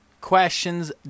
Questions